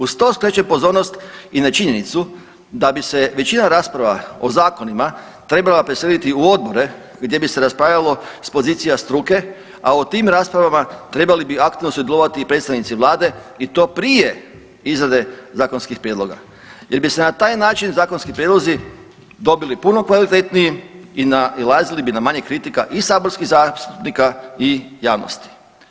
Uz to skrećem pozornost i na činjenicu da bi se većina rasprava o zakonima trebala preseliti u odbore gdje bi se raspravljalo s pozicija struke, a u tim raspravama trebali bi aktivno sudjelovati i predstavnici Vlade i to prije izrade zakonskih prijedloga jer bi se na taj način zakonski prijedlozi dobili puno kvalitetniji i nailazili bi na manje kritika i saborskih zastupnika i javnosti.